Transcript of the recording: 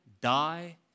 die